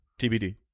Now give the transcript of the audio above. TBD